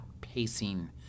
pacing